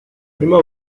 prima